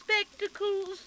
spectacles